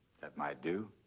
that might do.